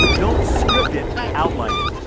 don't script it, outline it.